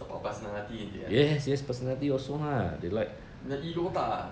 about personality in the end the ago 大 ah